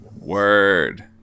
Word